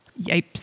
Yipes